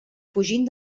fugint